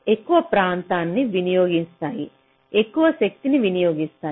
ఎక్కువ ప్రాంతాన్ని వినియోగిస్తాయి ఎక్కువ శక్తిని వినియోగిస్తాయి